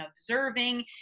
observing